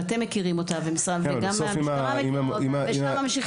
ואתם מכירים אותה וגם המשטרה מכירה אותה